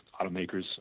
automakers